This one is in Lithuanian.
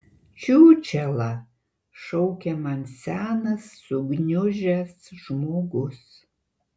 čiūčela šaukia man senas sugniužęs žmogus